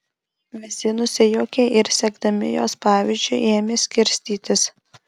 visi nusijuokė ir sekdami jos pavyzdžiu ėmė skirstytis